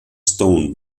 stone